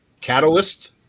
catalyst